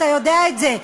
אתה יודע את זה,